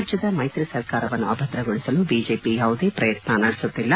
ರಾಜ್ಯದ ಮೈತ್ರಿ ಸರ್ಕಾರವನ್ನು ಅಭದ್ರಗೊಳಿಸಲು ಬಿಜೆಪಿ ಯಾವುದೇ ಪ್ರಯತ್ನ ನಡೆಸುತ್ತಿಲ್ಲ